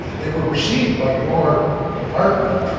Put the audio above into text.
they were received by your department.